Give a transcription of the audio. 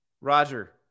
Roger